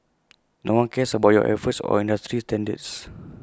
no one cares about your efforts or industry standards